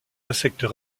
insectes